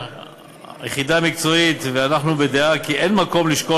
היחידה המקצועית ואנחנו בדעה כי אין מקום לשקול